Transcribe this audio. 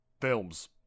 films